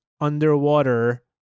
underwater